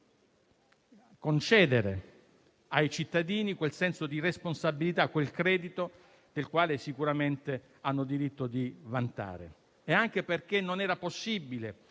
concedere ai cittadini quel senso di responsabilità, quel credito che sicuramente hanno diritto di vantare. D'altra parte, non era possibile